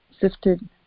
sifted